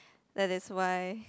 that is why